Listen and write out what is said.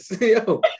Yo